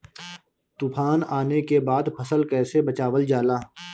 तुफान आने के बाद फसल कैसे बचावल जाला?